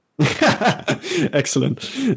Excellent